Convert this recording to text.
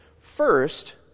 First